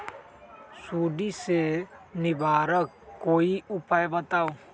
सुडी से निवारक कोई उपाय बताऊँ?